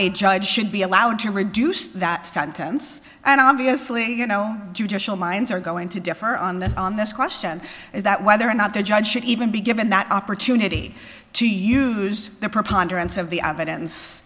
a judge should be allowed to reduce that sentence and obviously you know judicial minds are going to differ on that on this question is that whether or not the judge should even be given that opportunity to use the preponderance of the